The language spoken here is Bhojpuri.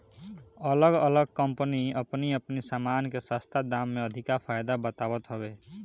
अलग अलग कम्पनी अपनी अपनी सामान के सस्ता दाम में अधिका फायदा बतावत हवे